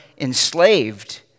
enslaved